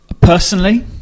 personally